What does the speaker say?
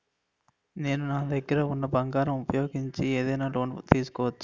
నేను నా దగ్గర ఉన్న బంగారం ను ఉపయోగించి ఏదైనా లోన్ తీసుకోవచ్చా?